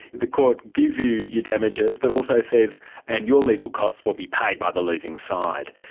the court gives you your damages but also says and your legal costs will be paid by the losing side.